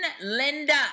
Linda